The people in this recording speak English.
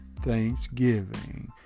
Thanksgiving